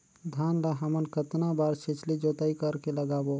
धान ला हमन कतना बार छिछली जोताई कर के लगाबो?